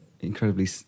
incredibly